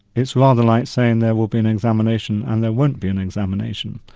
it's rather like saying, there will be an examination and there won't be an examination.